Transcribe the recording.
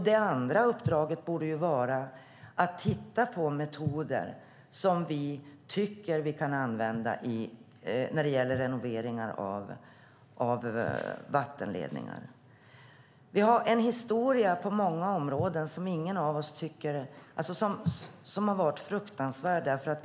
Det andra uppdraget borde vara att titta på metoder vi tycker att vi kan använda när det gäller renoveringar av vattenledningar. Vi har en historia som har varit fruktansvärd på många områden, eftersom vi har kunnat för lite.